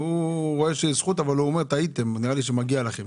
הוא אומר לכם שנראה לו שטעיתם וכי נראה לו שמגיע לכם.